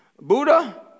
Buddha